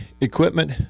Equipment